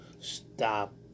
stop